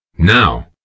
Now